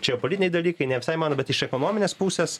čia politiniai dalykai ne visai man bet iš ekonominės pusės